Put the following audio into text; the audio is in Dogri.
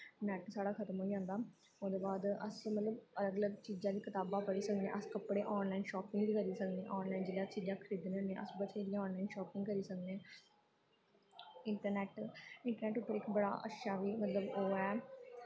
नैट साढ़ा खतम होई जंदा ओह्दे बाद अस मतलब अलग चीज़ां दी कताबां पढ़ी सकने अस कपड़े आनलाइन शापिंग बी करी सकने आनलाइन जिसलै अस चीज़ां खरीदने होन्ने अस बत्थेरियां आनलाइन शॉपिंग करी सकने इंट्रनैट इंट्रनैट उप्पर इक बड़ा अच्छा मतलब ओह् ऐ